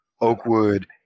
Oakwood